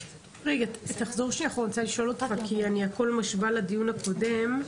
רוצה לשאול כי את הכול אני משווה לדיון הקודם.